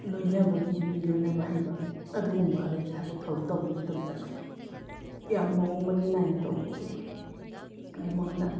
ꯂꯣꯏꯅꯕꯒꯤ ꯃꯤ ꯂꯣꯏꯅꯕ ꯍꯩꯕ ꯑꯗꯨꯒꯨꯝꯕ ꯑꯗꯩꯗꯤ ꯊꯕꯛ ꯊꯧꯔꯝ ꯇꯧꯕ ꯃꯇꯝꯗ ꯌꯥꯝ ꯃꯑꯣꯡ ꯃꯔꯤꯜ ꯅꯥꯏꯅ ꯇꯧꯕ ꯑꯗꯒꯤ ꯃꯥꯉꯣꯟꯗ